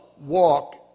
walk